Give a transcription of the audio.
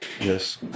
Yes